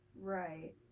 right